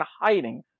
hiding